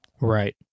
right